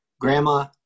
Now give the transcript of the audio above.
Grandma